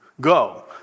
Go